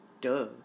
Duh